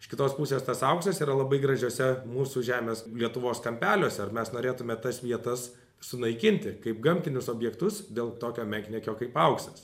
iš kitos pusės tas auksas yra labai gražiuose mūsų žemės lietuvos kampeliuose ar mes norėtume tas vietas sunaikinti kaip gamtinius objektus dėl tokio menkniekio kaip auksas